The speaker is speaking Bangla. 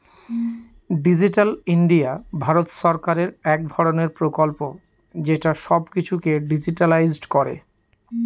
ডিজিটাল ইন্ডিয়া ভারত সরকারের এক ধরনের প্রকল্প যেটা সব কিছুকে ডিজিট্যালাইসড করে